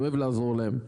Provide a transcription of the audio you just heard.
אני אוהב לעזור להן.